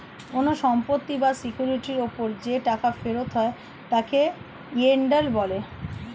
কোন সম্পত্তি বা সিকিউরিটির উপর যে টাকা ফেরত হয় তাকে ইয়েল্ড বলে